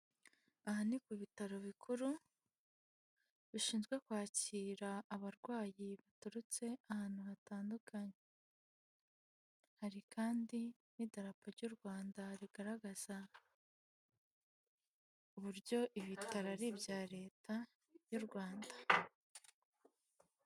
Aha ni ku bitaro bikuru, bishinzwe kwakira abarwayi baturutse ahantu hatandukanye. Hari kandi n'idarapo ry'u Rwanda rigaragaza uburyo ibitaro ari ibya leta y'u Rwanda.